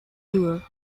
tour